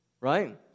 right